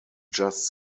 just